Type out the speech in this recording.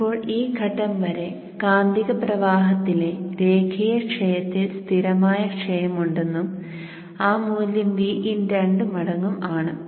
ഇപ്പോൾ ഈ ഘട്ടം വരെ കാന്തിക പ്രവാഹത്തിലെ രേഖീയ ക്ഷയത്തിൽ സ്ഥിരമായ ക്ഷയം ഉണ്ടെന്നും ആ മൂല്യം Vin രണ്ട് മടങ്ങും ആണ്